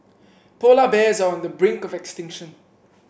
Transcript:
polar bears are on the brink of extinction